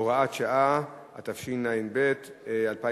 הוראת שעה) (תיקון),